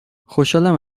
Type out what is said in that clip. خوشحالم